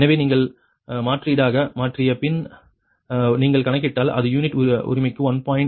எனவே நீங்கள் மாற்றீடாக மாற்றிய பின் நீங்கள் கணக்கிட்டால் அது யூனிட் உரிமைக்கு 1